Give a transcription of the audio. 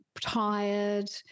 tired